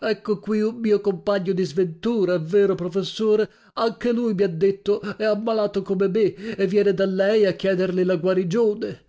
ecco qui un mio compagno di sventura è vero professore anche lui mi ha detto è ammalato come me e viene da lei a chiederle la guarigione